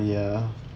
ya